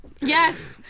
Yes